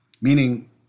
Meaning